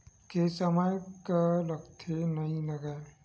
के समय कर लगथे के नइ लगय?